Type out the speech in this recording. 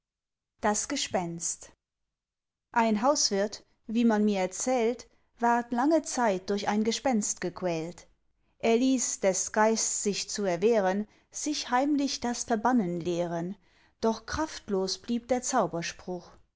das gespenst ein hauswirt wie man mir erzählt ward lange zeit durch ein gespenst gequält er ließ des geists sich zu erwehren sich heimlich das verbannen lehren doch kraftlos blieb der zauberspruch